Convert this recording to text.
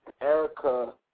Erica